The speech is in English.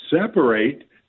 separate